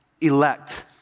elect